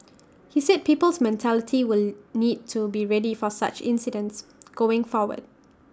he said people's mentality will need to be ready for such incidents going forward